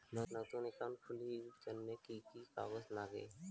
নতুন একাউন্ট খুলির জন্যে কি কি কাগজ নাগে?